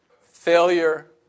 Failure